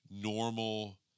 normal